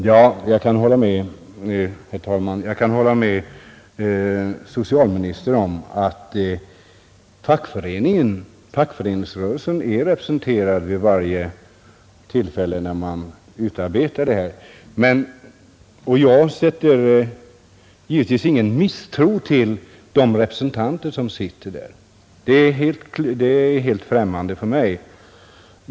Herr talman! Jag kan hålla med socialministern om att fackföreningsrörelsen är representerad vid varje tillfälle när man utarbetar skyddsanvisningar, och jag hyser givetvis ingen misstro mot de fackrepresentanter som sitter med; det är helt främmande för mig.